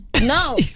No